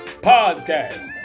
podcast